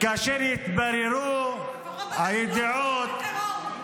כאשר יתבררו הידיעות -- לפחות אנחנו לא תומכים בטרור.